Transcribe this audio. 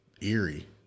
eerie